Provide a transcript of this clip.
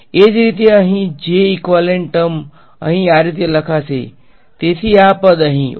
એ જ રીતે અહીં J ઈકવાલેંટ ટર્મ અહી આ રીતે લખાસે તેથી આ પદ અહી ઓકે